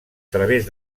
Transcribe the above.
través